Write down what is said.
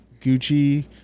Gucci